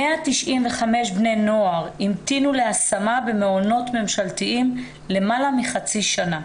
195 בני נוער המתינו להשמה במעונות ממשלתיים למעלה מחצי שנה.